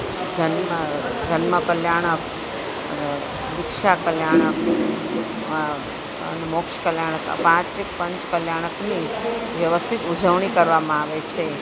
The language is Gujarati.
જન્મ જન્મ કલ્યાણક દીક્ષા કલ્યાણક અને મોક્ષ કલ્યાણક આ પાંચ એ પંચ કલ્યાણકની વ્યવસ્થિત ઉજવણી કરવામાં આવે છે